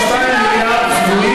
לא מותנה במכירת הבתים של הדיור הציבורי.